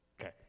Okay